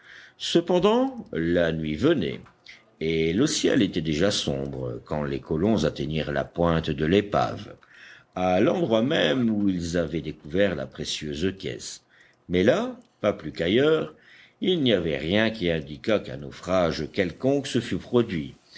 cependant la nuit venait et le ciel était déjà sombre quand les colons atteignirent la pointe de l'épave à l'endroit même où ils avaient découvert la précieuse caisse mais là pas plus qu'ailleurs il n'y avait rien qui indiquât qu'un naufrage quelconque se fût produit